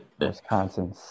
Wisconsin